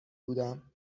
بودم